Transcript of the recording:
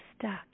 stuck